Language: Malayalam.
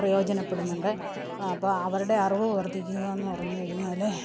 പ്രയോജനപ്പെടുന്നുണ്ട് അപ്പോൾ അവരുടെ അറിവ് വർദ്ധിക്കുക എന്ന് പറഞ്ഞുകഴിഞ്ഞാൽ